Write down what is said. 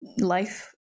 life